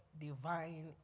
divine